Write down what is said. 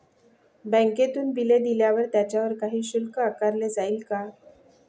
बँकेतून बिले दिल्यावर त्याच्यावर काही शुल्क आकारले जाईल का?